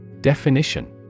Definition